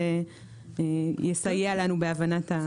זה יסייע לנו בהבנת העניין.